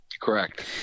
Correct